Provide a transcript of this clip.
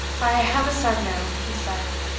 i have a son, ma'am, he said,